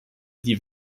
die